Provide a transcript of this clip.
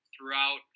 throughout